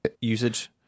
usage